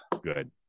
Good